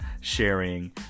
sharing